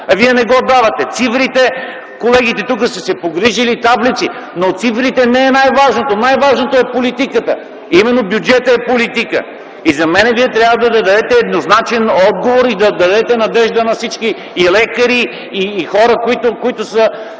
Вие не го давате. Колегите тук са се погрижили, правили са таблици. Цифрите не са най-важното. Най-важното е политиката. Именно бюджетът е политика. За мен вие трябва да дадете еднозначен отговор и да дадете надежда на всички – и лекари, и хора, които